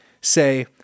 say